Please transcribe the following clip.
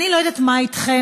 אני לא יודעת מה איתכם.